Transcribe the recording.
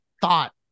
thought